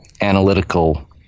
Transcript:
analytical